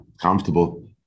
comfortable